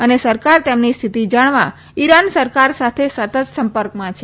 અને સરકાર તેમની સ્થિતી જાણવા ઈરાન સરકાર સાથે સંપર્કમાં છે